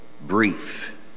brief